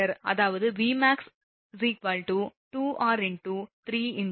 அதாவது Vmax 2r × 3 × 106 × ln Dr